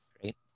Great